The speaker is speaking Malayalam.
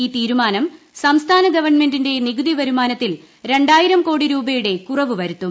ഈ തീരുമാനം സംസ്ഥാന ഗവൺമെന്റിന്റെ നികുതി വരുമാനത്തിൽ രണ്ടായിരം കോടി രൂപയുടെ കുറവ് വരുത്തും